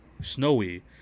Snowy